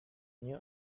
new